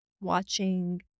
watching